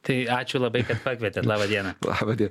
tai ačiū labai pakvietėt laba diena